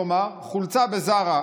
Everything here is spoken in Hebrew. כלומר חולצה בזארה,